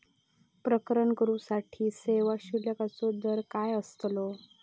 प्रकरण करूसाठी सेवा शुल्काचो दर काय अस्तलो?